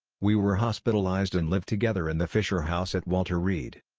we were hospitalized and lived together in the fisher house at walter reed.